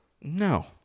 No